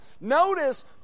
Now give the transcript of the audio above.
Notice